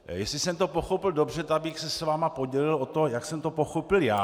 Jestli jsem to pochopil dobře, tak bych se s vámi podělil o to, jak jsem to pochopil já.